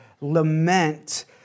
lament